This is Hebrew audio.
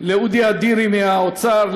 לאודי אדירי מהאוצר,